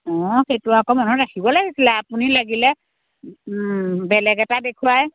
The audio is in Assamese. অঁ সেইটো আকৌ মনত ৰাখিব লাগিছিলে আপুনি লাগিলে বেলেগ এটা দেখুৱাই